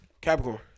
Capricorn